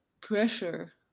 pressure